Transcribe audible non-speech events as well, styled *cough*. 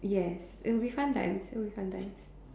yes *breath* it will be fun times still will be fun times